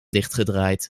dichtgedraaid